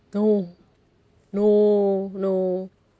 no no no